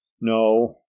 no